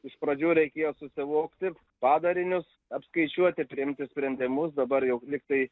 iš pradžių reikėjo susivokti padarinius apskaičiuoti ir priimti sprendimus dabar jau lygtai